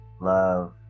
love